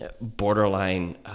borderline